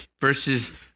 versus